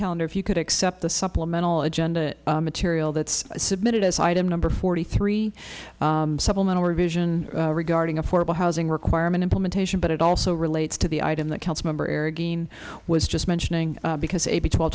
calendar if you could accept the supplemental agenda material that's submitted as item number forty three supplemental revision regarding affordable housing requirement implementation but it also relates to the item that council member air again was just mentioning because a b twe